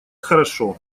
хорошо